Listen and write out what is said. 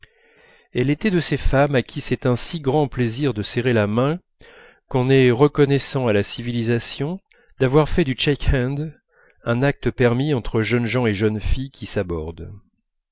elle était de ces femmes à qui c'est un si grand plaisir de serrer la main qu'on est reconnaissant à la civilisation d'avoir fait du shake hand un acte permis entre jeunes gens et jeunes filles qui s'abordent